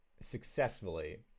successfully